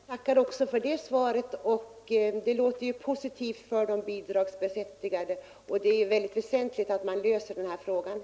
Fru talman! Jag tackar också för detta svar. Det låter positivt för de bidragsberättigade. Det är väldigt väsentligt att man löser det här problemet.